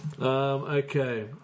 Okay